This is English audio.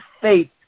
faith